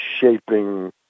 shaping